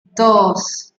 dos